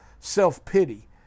self-pity